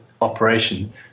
operation